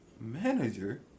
manager